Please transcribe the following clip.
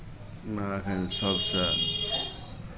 मे एखन सभसँ